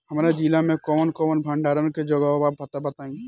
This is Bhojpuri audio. हमरा जिला मे कवन कवन भंडारन के जगहबा पता बताईं?